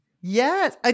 Yes